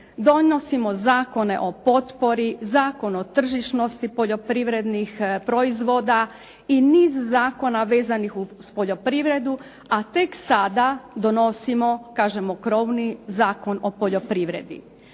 Donosimo Zakone o potpori, Zakon o tržišnosti poljoprivrednih proizvoda i niz zakona vezanih uz poljoprivredu, a tek sada donosimo kažemo krovni Zakon o poljoprivredi.